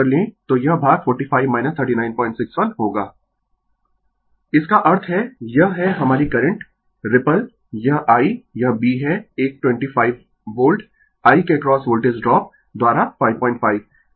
Refer Slide Time 1535 इसका अर्थ है यह है हमारी करंट रिपल यह I यह b है एक 25 वोल्ट I के अक्रॉस वोल्टेज ड्रॉप द्वारा 55